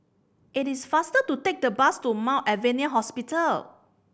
it is faster to take the bus to Mount Alvernia Hospital